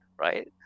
right